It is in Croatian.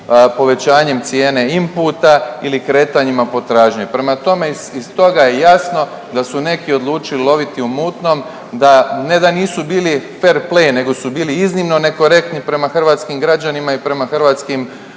povećanjem cijene inputa ili kretanjima potražnje. Prema tome, iz toga je jasno da su neki odlučili u mutnom da, ne da nisu bili fer play nego su bili iznimno nekorektni prema hrvatskim građanima i prema hrvatskim